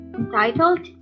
entitled